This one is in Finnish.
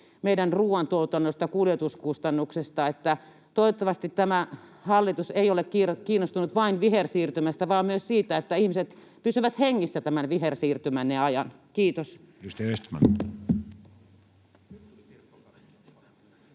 meidän ruoantuotannosta ja kuljetuskustannuksista. Toivottavasti tämä hallitus ei ole kiinnostunut vain vihersiirtymästä vaan myös siitä, että ihmiset pysyvät hengissä tämän vihersiirtymänne ajan. — Kiitos.